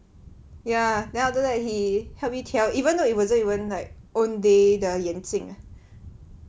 ya then after that he helped me 调 even though it wasn't like Owndays 的眼镜